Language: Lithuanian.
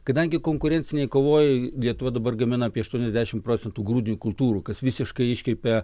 kadangi konkurencinėj kovoj lietuva dabar gamina apie aštuoniasdešimt procentų grūdinių kultūrų kas visiškai iškreipia